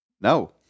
no